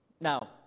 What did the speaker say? Now